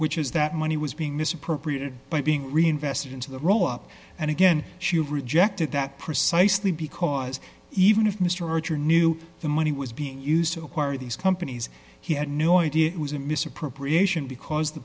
which is that money was being misappropriated by being reinvested into the row up and again she had rejected that precisely because even if mr archer knew the money was being used to acquire these companies he had no idea it was a misappropriation because the